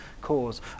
cause